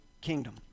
kingdom